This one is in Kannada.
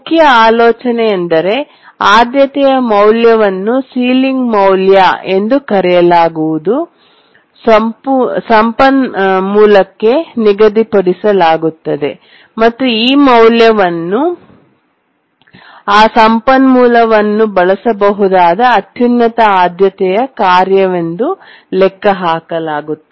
ಮುಖ್ಯ ಆಲೋಚನೆಯೆಂದರೆ ಆದ್ಯತೆಯ ಮೌಲ್ಯವನ್ನು ಸೀಲಿಂಗ್ ಮೌಲ್ಯ ಎಂದು ಕರೆಯಲಾಗುವ ಸಂಪನ್ಮೂಲಕ್ಕೆ ನಿಗದಿಪಡಿಸಲಾಗಿದೆ ಮತ್ತು ಈ ಮೌಲ್ಯವನ್ನು ಆ ಸಂಪನ್ಮೂಲವನ್ನು ಬಳಸಬಹುದಾದ ಅತ್ಯುನ್ನತ ಆದ್ಯತೆಯ ಕಾರ್ಯವೆಂದು ಲೆಕ್ಕಹಾಕಲಾಗುತ್ತದೆ